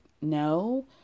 no